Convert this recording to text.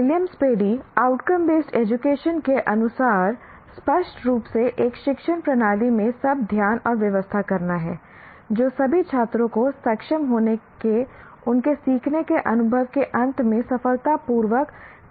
William Spady outcome based education के अनुसार स्पष्ट रूप से एक शिक्षण प्रणाली में सब ध्यान और व्यवस्था करना है जो सभी छात्रों को सक्षम होने के उनके सीखने के अनुभव के अंत में सफलतापूर्वक करने में आवश्यक है